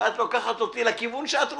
ואת לוקחת אותי לכיוון שאת רוצה,